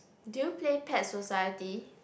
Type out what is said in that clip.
did you play Pet Society